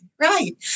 Right